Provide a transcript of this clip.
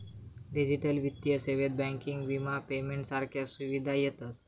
digital वित्तीय सेवेत banking, विमा, पेमेंट सारख्या सुविधा येतत